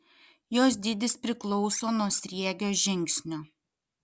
jos dydis priklauso nuo sriegio žingsnio